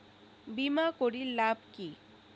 বিমা করির লাভ কি?